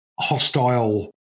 hostile